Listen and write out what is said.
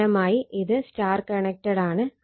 സമാനമായി ഇത് ∆ കണക്റ്റഡ് ആണ്